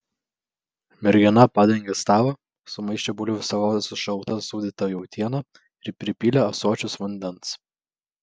mergina padengė stalą sumaišė bulvių salotas su šalta sūdyta jautiena ir pripylė ąsočius vandens